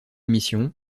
mission